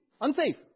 unsafe